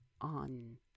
on